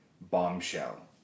bombshell